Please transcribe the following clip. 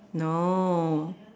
no